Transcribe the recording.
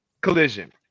collision